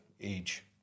age